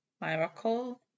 Miracle